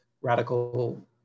radical